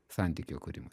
santykių kūrimui